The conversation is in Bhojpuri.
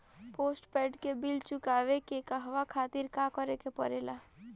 पोस्टपैड के बिल चुकावे के कहवा खातिर का करे के पड़ें ला?